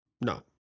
No